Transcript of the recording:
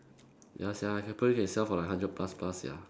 ya sia I can probably can sell for like hundred plus plus sia